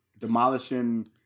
demolishing